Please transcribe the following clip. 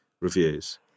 reviews